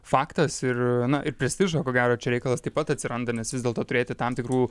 faktas ir na ir prestižo ko gero čia reikalas taip pat atsiranda nes vis dėlto turėti tam tikrų